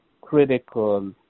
critical